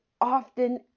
Often